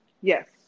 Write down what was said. Yes